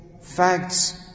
facts